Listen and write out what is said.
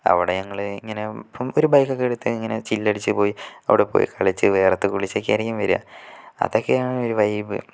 അവിടെ ഞങ്ങള് ഇങ്ങനെ ഇപ്പം ഒരു ബൈക്ക് എടുത്ത് ഇങ്ങനെ ചില്ലടിച്ചു പോയി അവിടെ പോയി കളിച്ച് വിയർത്ത് കുളിച്ചൊക്കെ ആയിരിക്കും വരിക അതൊക്കെയാണ് ഒരു വൈബ്